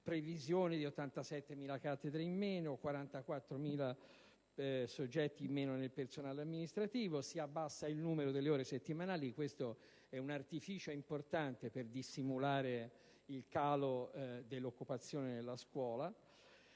previsione è di 87.000 cattedre in meno e 44.000 soggetti in meno nel personale amministrativo. Si abbassa il numero delle ore settimanali, e questo è un artificio importante per dissimulare il calo dell'occupazione nella scuola.